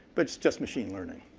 but it's just machine learning.